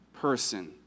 person